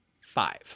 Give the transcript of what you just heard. five